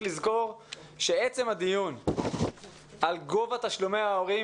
לזכור שעצם הדיון על גובה תשלומי ההורים,